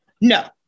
No